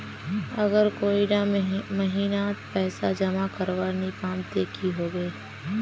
अगर कोई डा महीनात पैसा जमा करवा नी पाम ते की होबे?